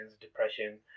depression